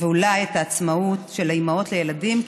ואולי את העצמאות של האימהות לילדים.